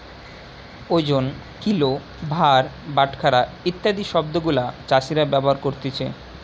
ওজন, কিলো, ভার, বাটখারা ইত্যাদি শব্দ গুলা চাষীরা ব্যবহার করতিছে